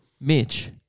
Mitch